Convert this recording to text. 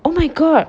oh my god